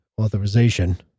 authorization